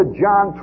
john